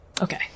okay